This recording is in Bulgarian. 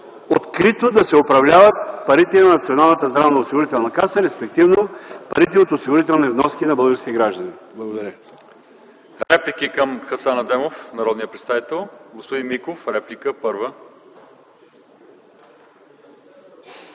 открито да се управляват парите на Националната здравноосигурителна каса, респективно парите от осигурителните вноски на българските граждани. Благодаря